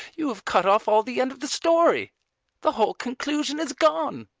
you have cut off all the end of the story the whole conclusion is gone.